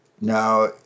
Now